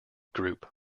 group